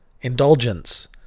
Indulgence